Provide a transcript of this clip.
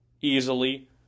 easily